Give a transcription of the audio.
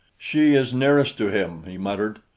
she is nearest to him, he muttered.